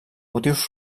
motius